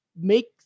make